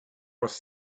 was